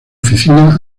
oficinas